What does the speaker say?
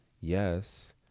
yes